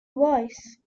voice